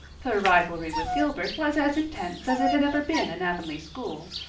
her rivalry with gilbert was as intense as it had ever been in avonlea school,